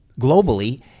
globally